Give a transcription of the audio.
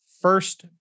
first